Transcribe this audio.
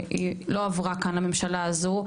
שהיא לא עברה כאן לממשלה הזו.